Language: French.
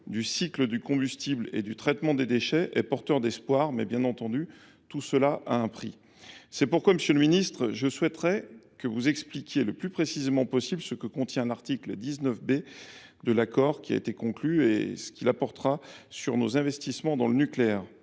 du cycle du combustible et du traitement des déchets est porteur d’espoir, même si, bien entendu, tout cela a un coût. C’est pourquoi, monsieur le ministre, je souhaiterais que vous expliquiez le plus précisément possible ce que contient l’article 19b de l’accord qui a été conclu et en quoi il facilitera nos investissements dans le nucléaire.